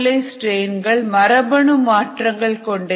coli ஸ்டிரெயின்கள் மரபணு மாற்றங்களை கொண்ட இ